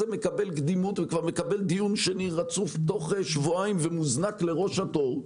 מקבל קדימות וכבר מקבל דיון שני רצוף תוך שבועיים ומוזנק לראש התור.